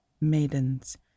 maidens